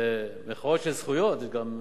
זה מחאות של זכויות, זה גם חובות.